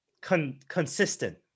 consistent